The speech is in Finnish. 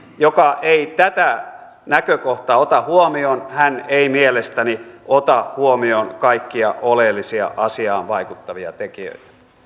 joka ei tätä näkökohtaa ota huomioon hän ei mielestäni ota huomioon kaikkia oleellisia asiaan vaikuttavia tekijöitä